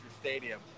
Stadium